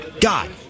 God